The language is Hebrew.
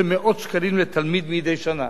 של מאות שקלים לתלמיד מדי שנה.